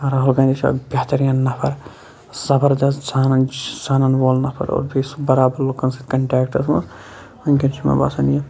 راہُل گانٛدی چھُ اکھ بہترین نَفَر زَبَردَس زانان زانان وول نَفَر اور بے چھُ سُہ بَرابَر لُکَن سۭتۍ کَنٹیٚکٹَس مَنٛز وٕنکٮ۪س چھُ مےٚ باسان یہِ